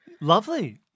Lovely